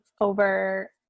over